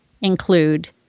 include